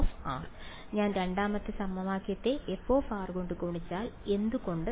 f ഞാൻ രണ്ടാമത്തെ സമവാക്യത്തെ f കൊണ്ട് ഗുണിച്ചാൽ എന്തുകൊണ്ട്